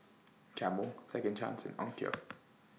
Camel Second Chance and Onkyo